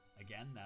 Again